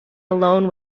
alone